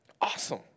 Awesome